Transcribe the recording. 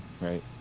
right